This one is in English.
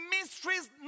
mysteries